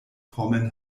formeln